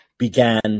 began